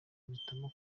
mpitamo